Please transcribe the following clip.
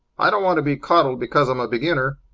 i want to be coddled because i'm a beginner.